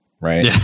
right